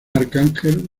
arcángel